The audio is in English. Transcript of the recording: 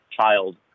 child